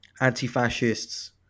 anti-fascists